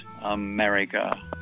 America